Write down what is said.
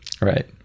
right